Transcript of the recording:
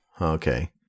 Okay